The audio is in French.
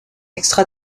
extra